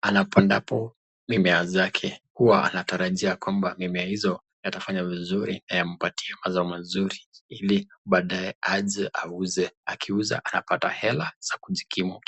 anapandapo mimea zake, huwa anatarajia kwamba mimea hizo yatafanya vizuri na yampatie mazao mazuri ili baadae aje auze. Akiuza anapata hela nzuri ya kujikimu ki